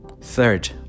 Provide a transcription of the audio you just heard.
third